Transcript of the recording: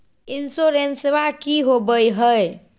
इंसोरेंसबा की होंबई हय?